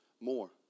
more